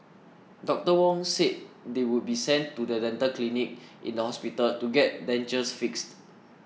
Doctor Wong said they would be sent to the dental clinic in the hospital to get dentures fixed